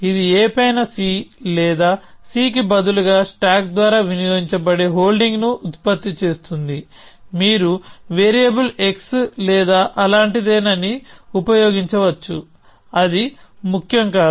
ఇది a పైన c లేదా c కి బదులుగా స్టాక్ ద్వారా వినియోగించబడే హోల్డింగ్ ని ఉత్పత్తి చేస్తుంది మీరు వేరియబుల్ x లేదా అలాంటిదేనిని ఉపయోగించవచ్చు అది ముఖ్యం కాదు